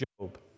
Job